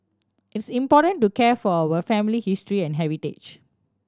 it's important to care for our family history and heritage